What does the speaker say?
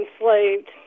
enslaved